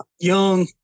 young